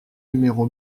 numéro